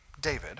David